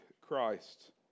Christ